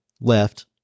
left